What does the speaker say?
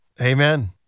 Amen